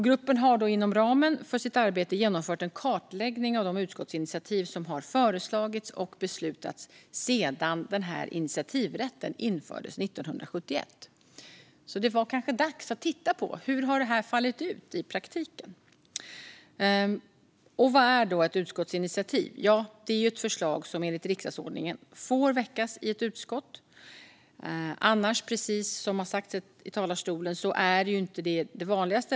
Gruppen har inom ramen för sitt arbete genomfört en kartläggning av de utskottsinitiativ som har föreslagits och beslutats om sedan den här initiativrätten infördes 1971. Det var kanske dags att titta på hur det har fallit ut i praktiken. Vad är då ett utskottsinitiativ? Det är ett förslag som enligt riksdagsordningen får väckas i ett utskott. Precis som har sagts i talarstolen, är det annars inte det vanligaste.